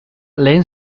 lehen